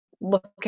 looking